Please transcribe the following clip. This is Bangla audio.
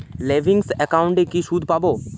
সেভিংস একাউন্টে কি সুদ পাব?